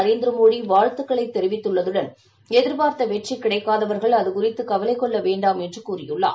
நரேந்திரமோடிவாழ்த்துக்களைத் தெரிவித்ததுடன் எதிர்பார்த்தவெற்றிக் கிடைக்காதவர்கள் அதைக் குறித்துகவலைகொள்ள வேண்டாம் என்றுகூறியிள்ளார்